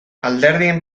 alderdien